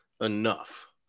enough